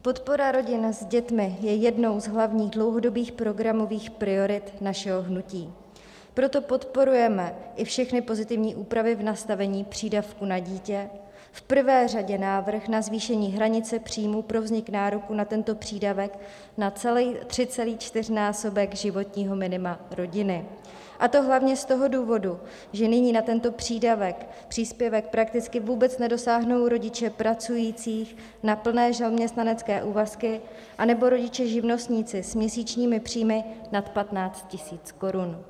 Podpora rodin s dětmi je jednou z hlavních dlouhodobých programových priorit našeho hnutí, proto podporujeme i všechny pozitivní úpravy v nastavení přídavku na dítě, v prvé řadě návrh na zvýšení hranice příjmu pro vznik nároku na tento přídavek na 3,4násobek životního minima rodiny, a to hlavně z toho důvodu, že nyní na tento přídavek, příspěvek prakticky vůbec nedosáhnou rodiče pracující na plné zaměstnanecké úvazky anebo rodiče živnostníci s měsíčními příjmy nad 15 tisíc korun.